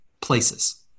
places